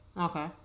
okay